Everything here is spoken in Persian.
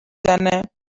زنه